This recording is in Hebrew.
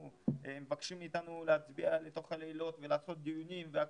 מבקשים מאיתנו להצביע לתוך הלילות ולעשות דיונים והכול,